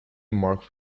marked